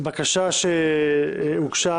בקשה שהוגשה